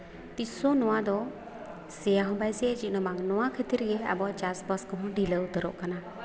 ᱛᱤᱥᱦᱚᱸ ᱱᱚᱣᱟ ᱫᱚ ᱥᱮᱭᱟ ᱦᱚᱸ ᱵᱟᱭ ᱥᱮ ᱪᱮᱫᱦᱚᱸ ᱵᱟᱝ ᱱᱚᱣᱟ ᱠᱷᱟᱹᱛᱤᱨ ᱜᱮ ᱟᱵᱚᱣᱟᱜ ᱪᱟᱥᱵᱟᱥ ᱠᱚᱦᱚᱸ ᱰᱷᱤᱞᱟᱹᱣ ᱩᱛᱟᱹᱨᱚᱜ ᱠᱟᱱᱟ